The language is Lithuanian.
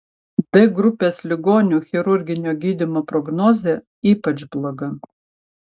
d grupės ligonių chirurginio gydymo prognozė ypač bloga